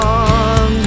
on